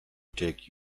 take